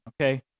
okay